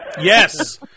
Yes